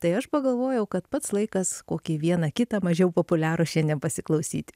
tai aš pagalvojau kad pats laikas kokį vieną kitą mažiau populiarų šiandien pasiklausyt